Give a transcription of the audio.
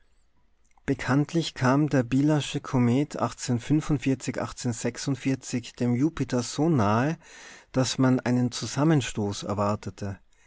bekanntlich kam der bielasche komet dem jupiter so nahe daß man einen zusammenstoß erwartete